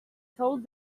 told